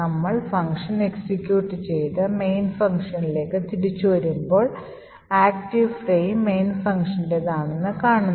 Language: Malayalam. നമ്മൾ ഫംഗ്ഷൻ എക്സിക്യൂട്ട് ചെയ്തു main ഫംഗ്ഷനിലേക്ക് തിരിച്ചുവരുമ്പോൾ ആക്റ്റീവ് ഫ്രെയിം main ഫംഗ്ഷൻൻറെത് ആണെന്ന് കാണുന്നു